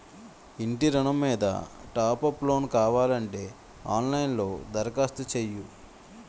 ఇంటి ఋణం మీద టాప్ అప్ లోను కావాలంటే ఆన్ లైన్ లో దరఖాస్తు చెయ్యు